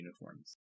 uniforms